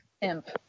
imp